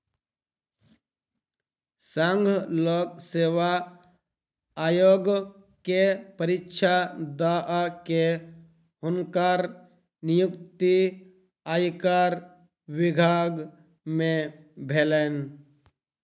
संघ लोक सेवा आयोग के परीक्षा दअ के हुनकर नियुक्ति आयकर विभाग में भेलैन